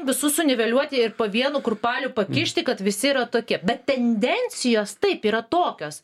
visus suniveliuoti ir po vienu kurpaliu pakišti kad visi yra tokie bet tendencijos taip yra tokios